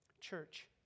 church